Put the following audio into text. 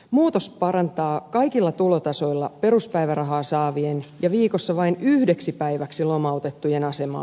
muutos parantaa kaikilla tulotasoilla peruspäivärahaa saavien ja viikossa vain yhdeksi päiväksi lomautettujen asemaa